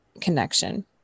connection